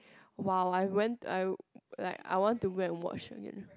!wow! I went I like I want to go and watch again